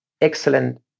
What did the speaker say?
excellent